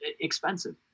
expensive